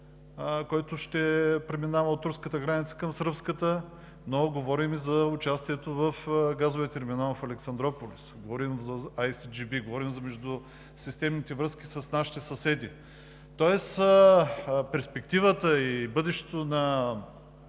който ще преминава от руската граница към сръбската, говорим за участието в газовия терминал Александруполис, говорим АйСиДжиБи, говорим за междусистемните връзки с нашите съседи. Тоест перспективата и бъдещето на